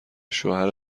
شوهر